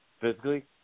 physically